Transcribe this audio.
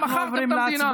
מכרתם את המדינה.